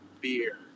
beer